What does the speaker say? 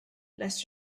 lest